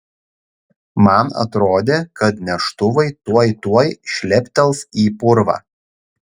man atrodė kad neštuvai tuoj tuoj šleptels į purvą